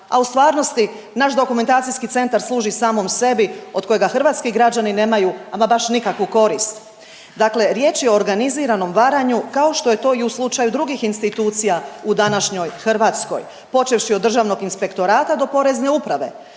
a u stvarnosti naš Dokumentacijski centar služi samom sebi od kojega hrvatski građani nemaju ama baš nikakvu korist. Dakle riječ je o organiziranom varanju kao što je to i u slučaju drugih institucija u današnjoj Hrvatskoj počevši od Državnog inspektorata do Porezne uprave,